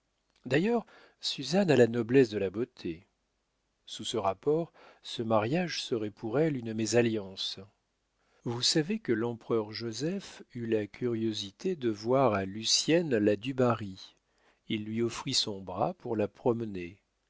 d'ailleurs suzanne a la noblesse de la beauté sous ce rapport ce mariage serait pour elle une mésalliance vous savez que l'empereur joseph eut la curiosité de voir à lucienne la du barry il lui offrit son bras pour la promener